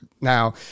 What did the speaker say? now